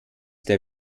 der